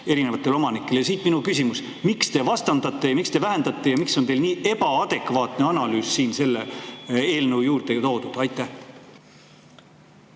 erinevatele omanikele. Ja siit minu küsimus: miks te vastandate ja miks te vähendate ja miks on teil nii ebaadekvaatne analüüs selle eelnõu juurde toodud? Aitäh,